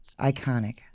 Iconic